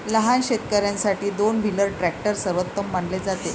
लहान शेतकर्यांसाठी दोन व्हीलर ट्रॅक्टर सर्वोत्तम मानले जाते